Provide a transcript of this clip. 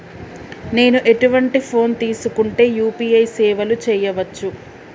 నేను ఎటువంటి ఫోన్ తీసుకుంటే యూ.పీ.ఐ సేవలు చేయవచ్చు?